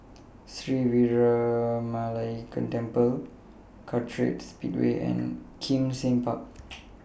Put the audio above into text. Sri Veeramakaliamman Temple Kartright Speedway and Kim Seng Park